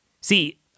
See